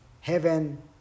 heaven